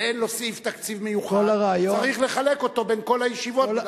ואין לו סעיף תקציב מיוחד צריך לחלקו בין כל הישיבות.